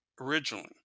originally